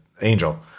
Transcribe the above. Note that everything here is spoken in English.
angel